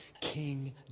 King